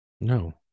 No